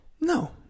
No